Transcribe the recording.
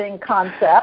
concept